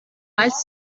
als